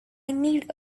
need